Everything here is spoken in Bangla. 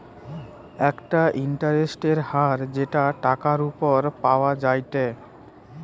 একটা ইন্টারেস্টের হার যেটা টাকার উপর পাওয়া যায়টে